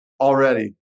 already